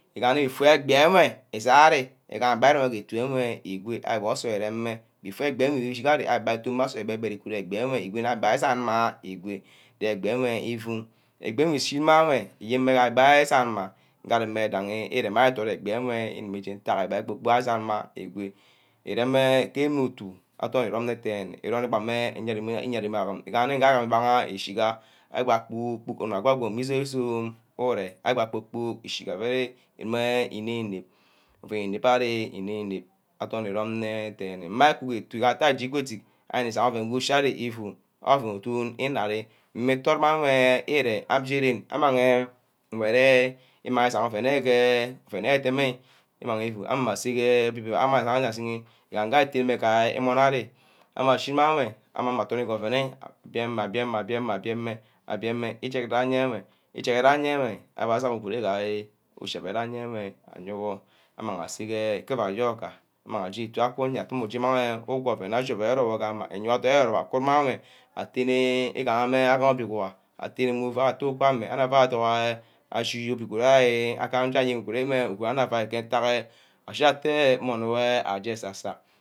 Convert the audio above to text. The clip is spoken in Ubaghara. Iteukpot aye rerear am mi egan oven wor abe ayere ari íbîbîbíb ìdunmi igama oven woh atterner nne unor ni bì ibe ari igama i nep theyner nne iburo asep usome awake atōm mma agoe anam îgon mey kpor kpor aquiake a gonel aih asep isum kpor pkork aquiake anap igon anap igon igon war ashìnì nne abankpa agun mme agun ethok arem mme inanap awoke mme înanap ishî ebor anap shìshìna amang anor aje aworp orsume ayo inenap kentack iteme mmeh îna aremi agbor onor adibi îrem ibebed wor gayeme îkìnep then igane abonor nisord mme ga onor bare abonosort areme areme areme areme areme inep̠̠̠̠̠̠̠̠̱̱̠ ̵ ìnep ìnep womor îgor agbi îshí egbi īfuk oven aje îtemeh eifuk ashini ah ah akpornor amang meh ashiane adorme atte won oven war asuno îren îyowor ntack wonge înirem. ífuk athok we go among mme afene îshìni íbini ovea ídangha avene îzome gee orsunne nwe aje afuk oven wor îkep îgo avak mme obîea chot ke ayen amang obiò aseme ke ojoi amang mme íshime avìa avai